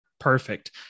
Perfect